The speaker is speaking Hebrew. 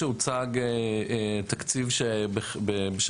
התקציב שהיינו שמים